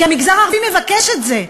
כי המגזר הערבי מבקש את זה,